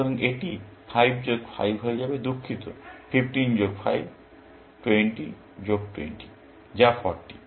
সুতরাং এটি 5 যোগ 5 হয়ে যাবে দুঃখিত 15 যোগ 5 20 যোগ 20 যা 40